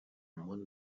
munt